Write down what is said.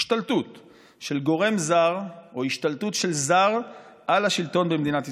השתלטות של גורם זר או השתלטות של זר על השלטון במדינת ישראל.